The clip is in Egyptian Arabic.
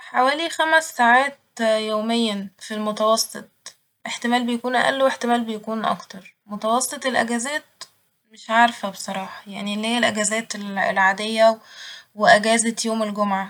حوالي خمس ساعات يوميا في المتوسط احتمال بيكون أأل واحتمال يكون أكتر ، متوسط الأجازات مش عارفه بصراحة يعني اللي هي الأجازات العادية وأجازة يوم الجمعة